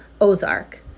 Ozark